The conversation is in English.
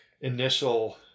initial